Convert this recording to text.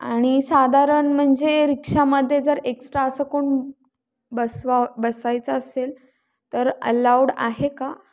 आणि साधारण म्हणजे रिक्षामध्ये जर एक्स्ट्रा असं कोण बसवावं बसायचं असेल तर अलाऊड आहे का